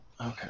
Okay